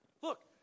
Look